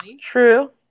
true